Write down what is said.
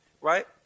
right